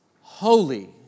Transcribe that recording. Holy